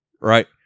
right